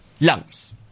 lungs